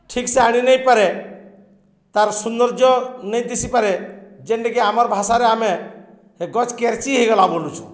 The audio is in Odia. ଠିକ୍ସେ ଆଣି ନେଇପାରେ ତାର୍ ସୌନ୍ଦର୍ଯ୍ୟ ନେଇ ଦିଶିପାରେ ଯେନ୍ଟାକି ଆମର୍ ଭାଷାରେ ଆମେ ଗଛ୍ କେର୍ଚି ହେଇଗଲା ବଲୁଛୁ